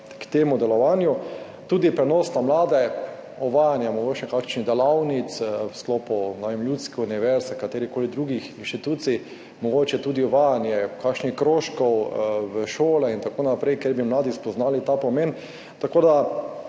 k temu delovanju. Tudi prenos na mlade, uvajanje mogoče kakšnih delavnic v sklopu, ne vem, ljudske univerze ali katerihkoli drugih institucij, mogoče tudi uvajanje kakšnih krožkov v šole in tako naprej, kjer bi mladi spoznali ta pomen. Vsekakor,